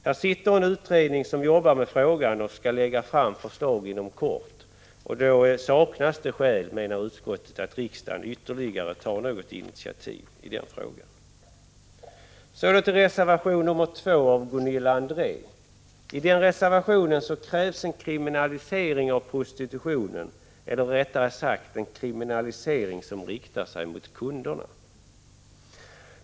Det finns en utredning som arbetar med frågan och som skall lägga fram förslag inom kort, och då saknas det skäl, menar utskottet, att riksdagen ytterligare tar något initiativ i frågan. I reservation 2 av Gunilla André krävs en kriminalisering av prostitutionen, eller rättare sagt en kriminalisering som riktar sig mot kunderna.